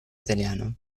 italiano